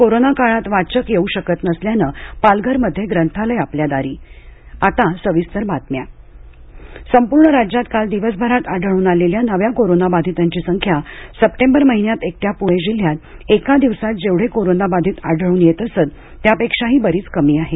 कोरोनाकाळात वाचक येऊ शकत नसल्यानं पालघरमध्ये ग्रंथालय आपल्या दारी आता सविस्तर बातम्या कोविड राज्य संपूर्ण राज्यात काल दिवसभरात आढळून आलेल्या नव्या कोरोना बाधितांची संख्या सप्टेबर महिन्यात एकट्या पुणे जिल्ह्यात एका दिवसात जेवढे कोरोना बाधित आढळून येत असत त्यापेक्षाही बरीच कमी आहे